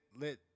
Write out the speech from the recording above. let